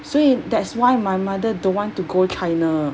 所以 that's why my mother don't want to go china